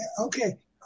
okay